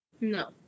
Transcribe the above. no